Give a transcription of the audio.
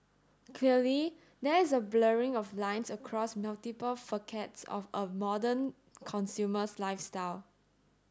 clearly there is a blurring of lines across multiple facets of a modern consumer's lifestyle